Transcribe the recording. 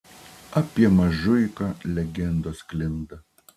apie mažuiką legendos sklinda